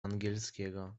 angielskiego